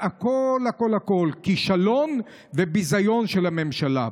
הכול הכול הכול: כישלון וביזיון של הממשלה.